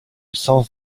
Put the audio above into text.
sens